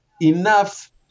enough